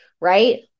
right